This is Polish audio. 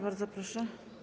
Bardzo proszę.